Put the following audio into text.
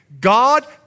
God